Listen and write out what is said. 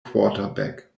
quarterback